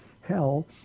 hell